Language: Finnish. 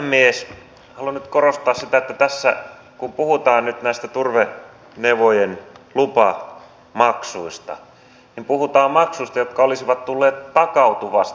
haluan nyt korostaa sitä että kun tässä puhutaan nyt näistä turvenevojen lupamaksuista niin puhutaan maksuista jotka olisivat tulleet takautuvasti